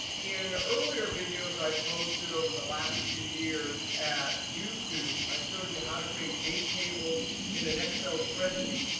in earlier videos i posted over the last few years at youtube, i showed you how to create date tables in an excel spreadsheet,